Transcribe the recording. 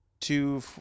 two